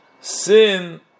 sin